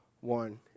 one